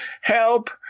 Help